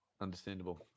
Understandable